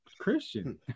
Christian